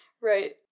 Right